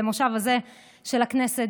לכנס הזה של הכנסת,